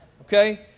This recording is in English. Okay